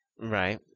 Right